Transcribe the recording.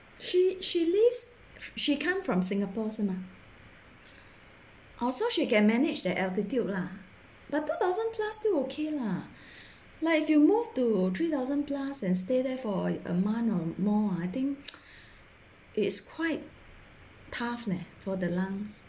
she she lives she come from singapore 是吗 orh so she can manage the altitude lah but two thousand plus still okay lah like if you move to three thousand plus and stay there for a month or more I think it's quite tough leh for the lungs